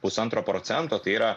pusantro procento tai yra